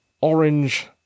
orange